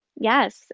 Yes